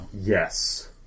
Yes